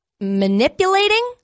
manipulating